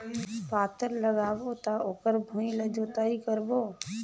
पातल लगाबो त ओकर भुईं ला जोतई करबो?